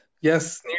Yes